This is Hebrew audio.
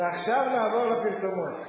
ועכשיו נעבור לפרסומות.